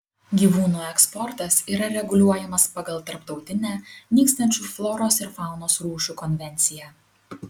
gyvūnų eksportas yra reguliuojamas pagal tarptautinę nykstančių floros ir faunos rūšių konvenciją